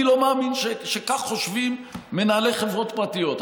אני לא מאמין שכך חושבים מנהלי חברות פרטיות.